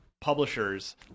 publishers